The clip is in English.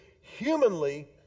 humanly